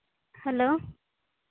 hello